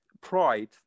pride